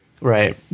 right